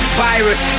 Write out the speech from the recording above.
virus